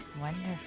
Wonderful